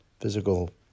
physical